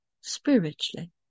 spiritually